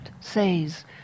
says